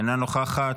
אינה נוכחת,